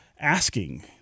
asking